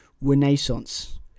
renaissance